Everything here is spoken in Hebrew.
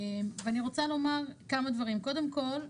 קודם כול,